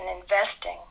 investing